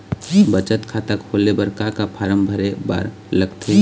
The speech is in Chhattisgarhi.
बचत खाता खोले बर का का फॉर्म भरे बार लगथे?